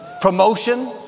Promotion